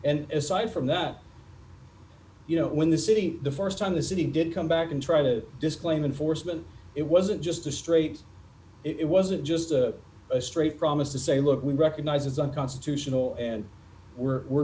and aside from that you know when the city the st time the city did come back and try to disclaim enforcement it wasn't just a straight it wasn't just a straight promise to say look we recognize it's unconstitutional and we're we're